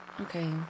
Okay